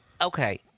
Okay